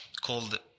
called